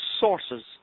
sources